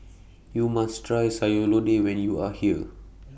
YOU must Try Sayur Lodeh when YOU Are here